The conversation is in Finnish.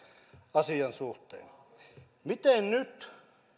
asian suhteen nyt